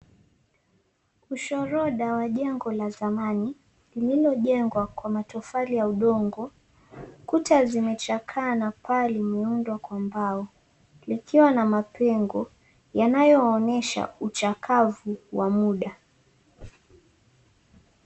Ushoroda wa jengo la zamani lililojengwa kwa matofali ya udongo kuta zimechakaa na paa limeundwa kwa mbao likiwa na mapengo yanayowaonyesha uchakavu wa muda.